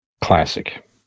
Classic